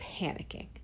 panicking